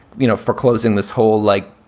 you know, foreclosing this whole like,